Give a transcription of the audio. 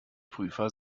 prüfer